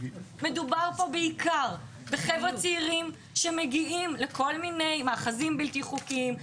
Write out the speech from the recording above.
מדובר פה בעיקר בחבר'ה צעירים שמגיעים לכל מיני מאחזים בלתי חוקיים,